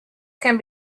can